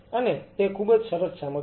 અને તે ખૂબ જ સરસ સામગ્રી છે